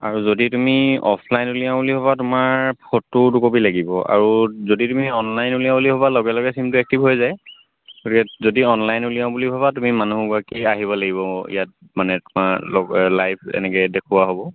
আৰু যদি তুমি অফলাইন উলিয়াও বুলি ভাবা তোমাৰ ফটো দুকপি লাগিব আৰু যদি তুমি অনলাইন উলিয়াও বুলি ভাবা লগে লগে চিমটো একটিভ হৈ যায় ৰেট যদি অনলাইন উলিয়াও বুলি ভাবা তুমি মানুহগৰাকী আহিব লাগিব ইয়াত মানে তোমাৰ লগ লাইভ এনেকৈ দেখুওৱা হ'ব